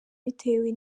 bitewe